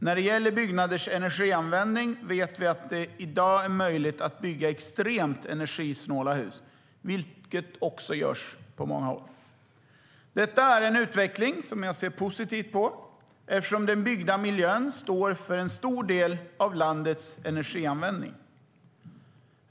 När det gäller byggnaders energianvändning vet vi att det i dag är möjligt att bygga extremt energisnåla hus, vilket också görs på många håll. Detta är en utveckling som jag ser positivt på, eftersom den byggda miljön står för en stor del av landets energianvändning.